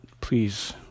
please